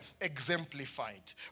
exemplified